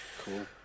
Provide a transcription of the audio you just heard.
Cool